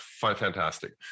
fantastic